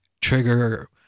trigger